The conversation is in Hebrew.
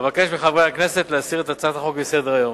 אבקש מחברי הכנסת להסיר את הצעת החוק מסדר-היום.